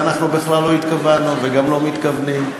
ואנחנו בכלל לא התכוונו וגם לא מתכוונים.